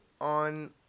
on